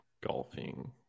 Golfing